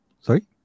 Sorry